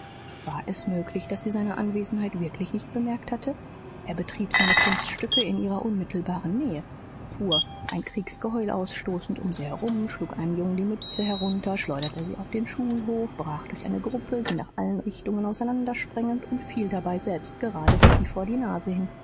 war es möglich daß sie seine anwesenheit wirklich nicht bemerkt hatte er betrieb seine kunststücke in ihrer unmittelbaren nähe fuhr ein kriegsgeheul ausstoßend um sie herum schlug einem jungen die mütze herunter schleuderte sie auf den schulhof brach durch eine gruppe sie nach allen richtungen auseinandersprengend und fiel dabei selbst gerade becky vor die nase hin